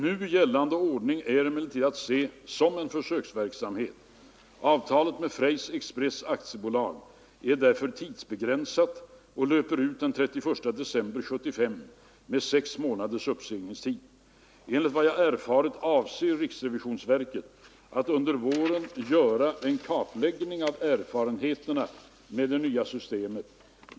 Nu gällande ordning är emellertid att se som en försöksverksamhet. Avtalet med Freys express AB är därför tidsbegränsat och löper ut den 31 december 1975 med sex månaders uppsägningstid. Enligt vad jag har erfarit avser riksrevisionsverket att under våren göra en kartläggning av erfarenheterna med det nya systemet.